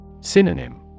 Synonym